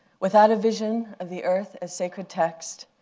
without a vision of the earth as sacred text,